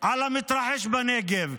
על המתרחש בנגב.